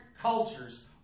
cultures